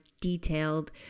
detailed